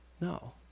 No